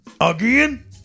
again